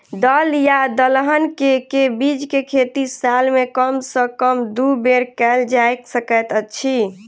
दल या दलहन केँ के बीज केँ खेती साल मे कम सँ कम दु बेर कैल जाय सकैत अछि?